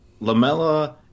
Lamella